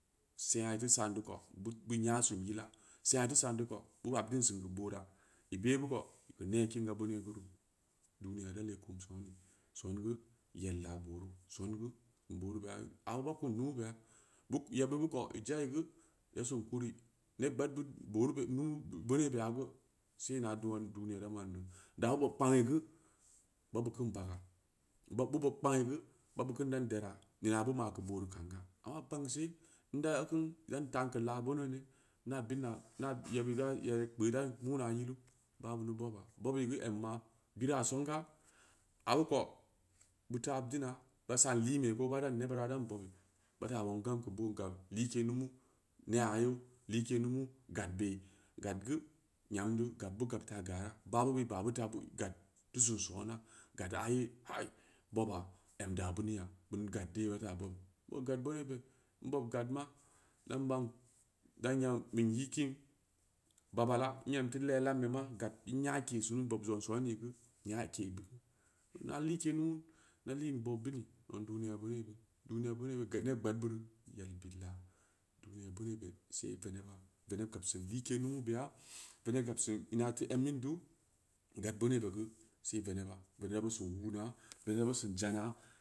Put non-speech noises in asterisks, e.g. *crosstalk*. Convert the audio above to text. Sengn iteu saam deu ko bid beu nya sin yila, sengn iteu saan deu bu habdin sin geu boota, ibeɓu ko geu na kin geu beuneu duniya teu lee kum sooni soon geu yedya booru soon geu booru beya, aɓu ba kudn lumu beya yebbu bid ko, i za’i geu isin kuri, nev gɓaad ɓid booru br, ɓeuneu beya gu see geu ana duniya deu manne dabu ɓob kpangna gu babu kun baga, ɓuɓ vob kpangna gu, babu kam dan dera nene bu ma geu bootu kaanga, amma kpang see, ndaa ka dan taan keu laa beaneu ni, naa kind *noise* na, naa yebbira an kpen dai nyina yilu ɓaa bini boɓɓa, bobi geu amma, bira songa, aiko beuteu abdina ba saan nyimɓei ko baran nebbira ran bobi, baran nung gam geu boo gab like lumu, nee you, liikee lumu gadbei gad geu nyam deu gab bu gab taa gara, baaɓu bid bu ba’bu taa gad teu zoo soona, gad deu ayo kai bobba, am daa bineuya, beun gad du wa bobi? Gad baungneu be nbob gad ma an ban, bangya bin i’ kiin bobala, n em teu le lambe ma gad bid nya’ ke’sunu vob zong sooni geu nya’ke gan, an like lumu da liin boo ɓili zang duniya beauneure, duniya beuneure gaɓ neɓ gɓaad bure yel bilyaa, duniya beaueabe see geu veneba, veneɓ gab sin like lumu beya, venev gab sin ma teu embin deu, gad beuneu be gu se veneba, veneb babim sen wuuna, veneb da sen zana.